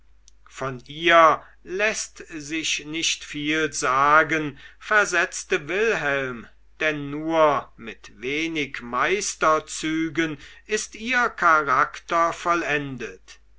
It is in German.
von ihr läßt sich nicht viel sagen versetzte wilhelm denn nur mit wenig meisterzügen ist ihr charakter vollendet